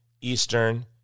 Eastern